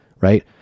right